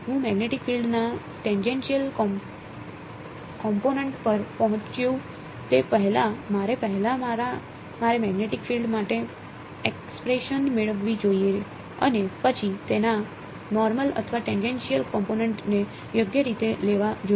હું magnetic field ના tangential component પર પહોંચું તે પહેલાં મારે પહેલા મારે મેગ્નેટિક ફીલ્ડ માટે એક્સપ્રેસન મેળવવી જોઈએ અને પછી તેના નોર્મલ અથવા ટેનજેનશીયલ કોમ્પોનેંટ ને યોગ્ય રીતે લેવો જોઈએ